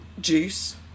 Juice